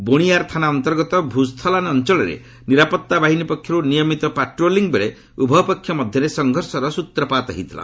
ବୋଣିଆର୍ ଥାନା ଅନ୍ତର୍ଗତ ଭୁଜ୍ଥଲାନ୍ ଅଞ୍ଚଳରେ ନିରାପତ୍ତା ବାହିନୀ ପକ୍ଷରୁ ନିୟମିତ ପାଟ୍ରୋଲିଂବେଳେ ଉଭୟ ପକ୍ଷ ମଧ୍ୟରେ ସଂଘର୍ଷର ସ୍ନତ୍ରପାତ ହୋଇଥିଲା